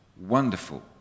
wonderful